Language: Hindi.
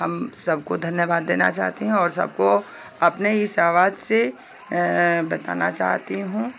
हम सबको धन्यवाद देना चाहते हैं और सबको अपने इस आवाज़ से बताना चाहती हूँ